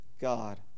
God